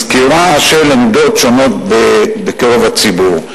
מסקירה של עמדות שונות בקרב הציבור.